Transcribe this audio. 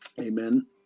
Amen